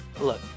look